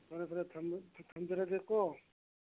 ꯐꯔꯦ ꯐꯔꯦ ꯊꯝꯖꯔꯒꯦꯀꯣ